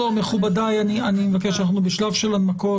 מכובדיי, אנחנו בשלב של הנמקות.